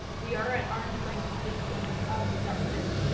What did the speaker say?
we are at arm's length distance of the government.